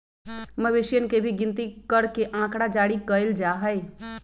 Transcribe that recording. मवेशियन के भी गिनती करके आँकड़ा जारी कइल जा हई